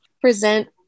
present